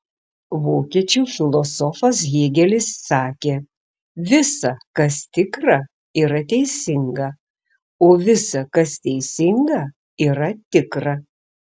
vokiečių filosofas hėgelis sakė visa kas tikra yra teisinga o visa kas teisinga yra tikra